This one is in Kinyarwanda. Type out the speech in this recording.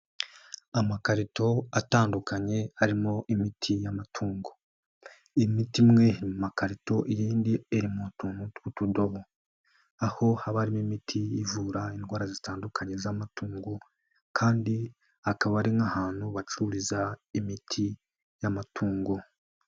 Amakarito atandukanye arimo imiti y'amatungo. Imiti imwe iri mumakarito, iyindi iri mu tuntu tw'utudobo. Aho haba harimo imiti ivura indwara zitandukanye z'amatungo kandi akaba ari nk'ahantu bacururiza imiti y'amatungo.